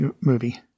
movie